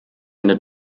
eine